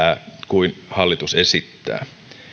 kuin hallitus esittää